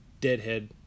deadhead